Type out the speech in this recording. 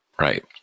Right